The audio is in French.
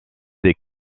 des